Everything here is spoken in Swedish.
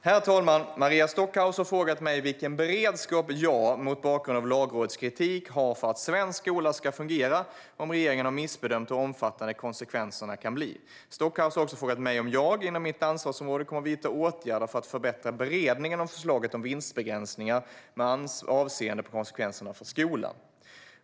Herr talman! Maria Stockhaus har frågat mig vilken beredskap jag, mot bakgrund av Lagrådets kritik, har för att svensk skola ska fungera om regeringen har missbedömt hur omfattande konsekvenserna kan bli. Stockhaus har också frågat mig om jag, inom mitt ansvarsområde, kommer att vidta några åtgärder för att förbättra beredningen av förslaget om vinstbegränsningar med avseende på konsekvenserna för skolan.